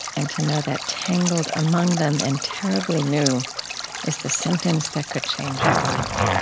and to know that tangled among them and terribly new is the sentence that could change your life.